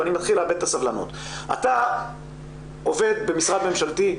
אתה עובד במשרד ממשלתי,